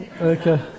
Okay